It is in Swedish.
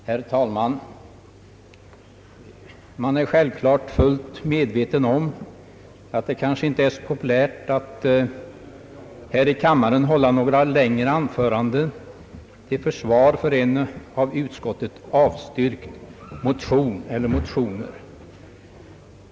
Herr talman! Jag är självklart fullt medveten om att det inte är populärt att här i kammaren hålla några längre anföranden till försvar för en av utskottet avstyrkt motion.